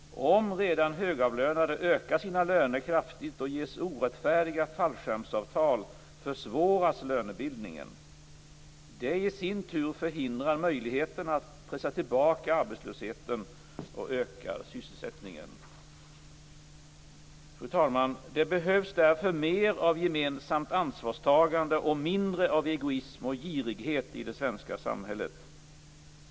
Om redan högavlönade ökar sina löner kraftigt och ges orättfärdiga fallskärmsavtal försvåras lönebildningen. Det i sin tur förhindrar möjligheterna att pressa tillbaka arbetslösheten och öka sysselsättningen. Fru talman! Det behövs därför mer av gemensamt ansvarstagande och mindre av egoism och girighet i det svenska samhället.